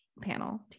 panel